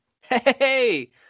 Hey